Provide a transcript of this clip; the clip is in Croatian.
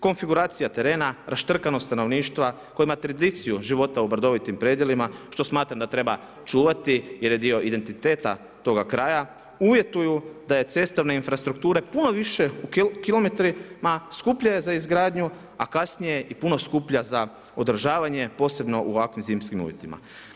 Konfiguracija terena, raštrkanost stanovništva, koji ima tradiciju života u brdovitim predjelima, što smatram da treba čuvati, jer je dio identiteta toga kraja, uvjetuju, da je cestovne infrastrukture, puno više u kilometrima, skuplja je za izgradnju, a kasnije i puno skuplja za održavanje, posebno u ovako zimskim uvjetima.